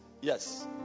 Yes